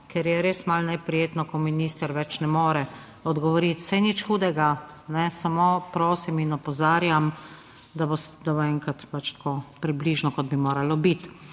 ker je res malo neprijetno, ko minister več ne more odgovoriti. Saj ni nič hudega, samo prosim in opozarjam, da bo enkrat pač približno tako, kot bi moralo biti.